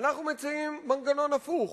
אנחנו מציעים מנגנון הפוך: